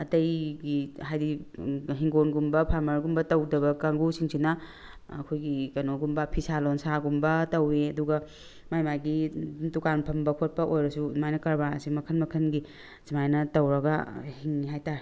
ꯑꯇꯩꯒꯤ ꯍꯥꯏꯗꯤ ꯍꯤꯡꯒꯣꯜꯒꯨꯝꯕ ꯐꯥꯔꯃꯔꯒꯨꯝꯕ ꯇꯧꯗꯕ ꯀꯥꯡꯒꯨꯁꯤꯡꯁꯤꯅ ꯑꯩꯈꯣꯏꯒꯤ ꯀꯩꯅꯣꯒꯨꯝꯕ ꯐꯤꯁꯥ ꯂꯣꯟꯁꯥꯒꯨꯝꯕ ꯇꯧꯏ ꯑꯗꯨꯒ ꯃꯥ ꯃꯥꯒꯤ ꯗꯨꯀꯥꯟ ꯐꯝꯕ ꯈꯣꯠꯄ ꯑꯣꯏꯔꯁꯨ ꯑꯗꯨꯃꯥꯏꯅ ꯀꯔꯕꯥꯔꯁꯦ ꯃꯈꯟ ꯃꯈꯟꯒꯤ ꯁꯨꯃꯥꯏꯅ ꯇꯧꯔꯒ ꯍꯤꯡꯉꯤ ꯍꯥꯏꯇꯥꯔꯦ